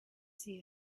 see